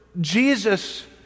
Jesus